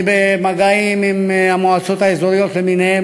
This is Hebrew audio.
אני במגעים עם המועצות האזוריות למיניהן